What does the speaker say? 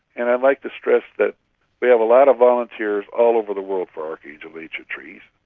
and i'd like to stress that we have a lot of volunteers all over the world for archangel ancient trees,